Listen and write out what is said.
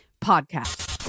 Podcast